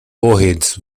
warheads